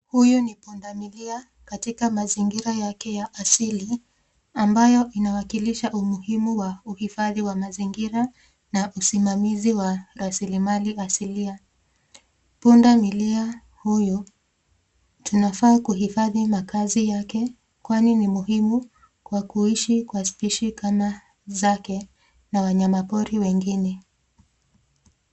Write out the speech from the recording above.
Huyu ni pundamilia katika mazingira yake ya asili ambayo inawakilisha umuhimu wa huhifadhi wa mazingira na usimamizi wa raslimali asilia. Pundamilia huyu tunafaa kuhifadhi makazi yake kwani ni muhimu kwa kuishi kwa species kama zake na wanayamapori wengine.